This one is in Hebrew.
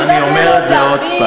אני אומר את זה שוב,